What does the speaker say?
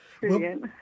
Brilliant